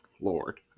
lord